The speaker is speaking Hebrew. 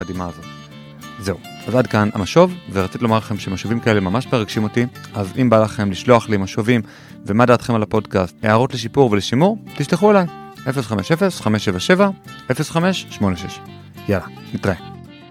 זהו, אז עד כאן המשוב. ורציתי לומר לכם שמשובים כאלה ממש מרגשים אותי אז אם בא לכם לשלוח לי משובים ומה דעתכם על הפודקאסט הערות לשיפור ולשימור תשלחו אלי 050-577-0586 יאללה, נתראה